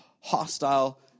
hostile